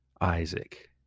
Isaac